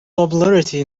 popularity